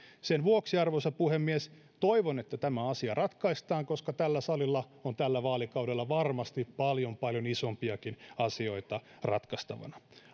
sen vuoksi arvoisa puhemies toivon että tämä asia ratkaistaan koska tällä salilla on tällä vaalikaudella varmasti paljon paljon isompiakin asioita ratkaistavana